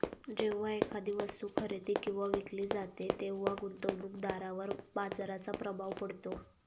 जेव्हा एखादी वस्तू खरेदी किंवा विकली जाते तेव्हा गुंतवणूकदारावर बाजाराचा प्रभाव पडतो